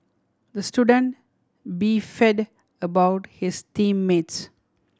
the student beefed about his team mates